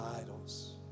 idols